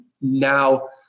now